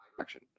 action